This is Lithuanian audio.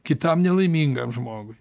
kitam nelaimingam žmogui